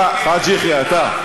חאג' יחיא, אתה.